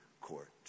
Court